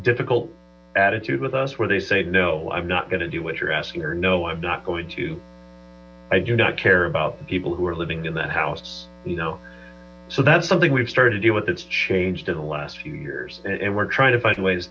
difficult attitude with us where they say no i'm not going to do what you're asking or no i'm not going to i do not care about the people who are living in that house so that's something we've started to deal with it's changed in the last few years and we're trying to find way